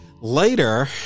later